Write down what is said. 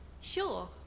Sure